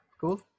cool